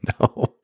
No